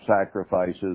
sacrifices